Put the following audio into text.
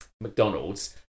McDonald's